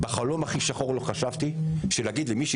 בחלום הכי שחור לא חשבתי שלהגיד למישהי